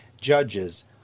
judges